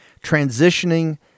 transitioning